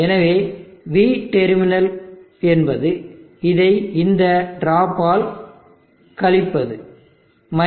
எனவே V terminal என்பது இதை இந்த ட்ராப்பால் கழிப்பது-iBRB